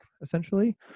essentially